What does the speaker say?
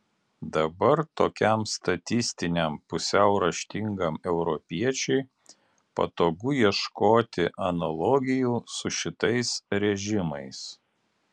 dabar tokiam statistiniam pusiau raštingam europiečiui patogu ieškoti analogijų su šitais režimais